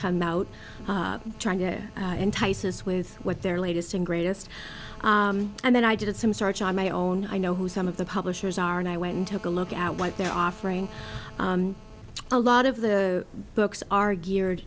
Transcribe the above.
come out trying to entice us with what they're latest and greatest and then i did some search on my own i know who some of the publishers are and i went and took a look at what they're offering a lot of the books are geared